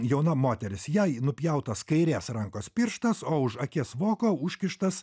jauna moteris jai nupjautas kairės rankos pirštas o už akies voko užkištas